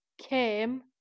came